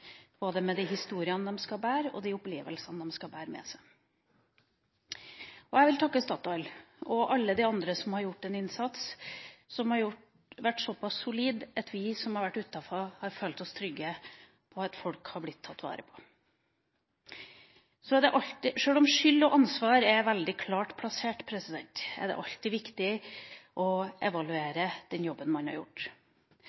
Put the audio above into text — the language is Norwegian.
de historiene og opplevelsene de skal bære med seg. Jeg vil takke Statoil og alle de andre som har gjort en innsats som har vært såpass solid at vi som har vært utenfor, har følt oss trygge på at folk har blitt tatt vare på. Sjøl om skyld og ansvar er veldig klart plassert, er det alltid viktig å